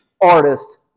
artist